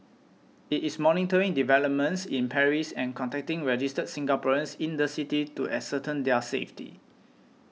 it is monitoring developments in Paris and contacting registered Singaporeans in the city to ascertain their safety